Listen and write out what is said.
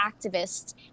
activists